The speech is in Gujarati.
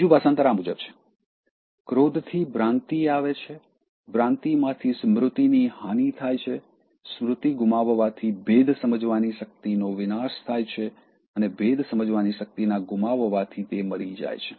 બીજું ભાષાંતર આ મુજબ છે "ક્રોધથી ભ્રાંતિ આવે છે ભ્રાંતિમાંથી સ્મૃતિની હાનિ થાય છે સ્મૃતિ ગુમાવવાથી ભેદ સમજવાની શક્તિનો વિનાશ થાય છે અને ભેદ સમજવાની શક્તિના ગુમાવવાથી તે મરી જાય છે